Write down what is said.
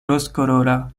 rozkolora